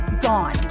gone